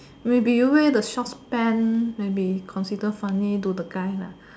maybe you wear the short pants maybe consider funny to the guy lah